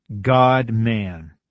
God-man